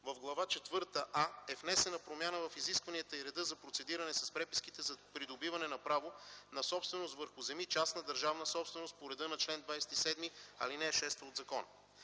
в Глава четвърта А е внесена промяна в изискванията и реда за процедиране с преписките за придобиване на право на собственост върху земи, частна държавна собственост, по реда на чл. 27, ал. 6 от закона.